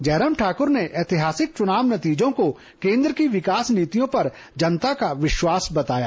जयराम ठाकुर ने ऐतिहासिक चुनाव नतीजों को केन्द्र की विकास नीतियों पर जनता का विश्वास बताया